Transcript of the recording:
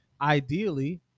ideally